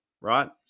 right